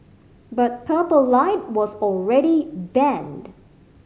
but Purple Light was already banned